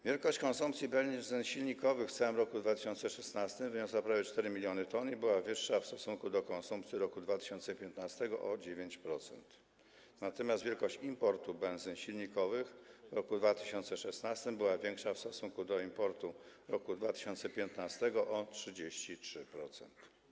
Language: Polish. Wielkość konsumpcji benzyn silnikowych w samym roku 2016 wyniosła prawie 4 mln t i była większa w stosunku do konsumpcji w roku 2015 o 9%, natomiast wielkość importu benzyn silnikowych w roku 2016 była większa w stosunku do importu w roku 2015 o 33%.